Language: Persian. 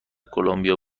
کلمبیا